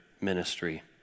ministry